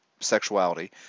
sexuality